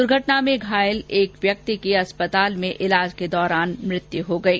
द्र्घटना में घायल एक व्यक्ति की अस्पताल में इलाज के दौरान मृत्यु हो गयी